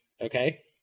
okay